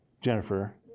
Jennifer